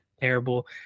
terrible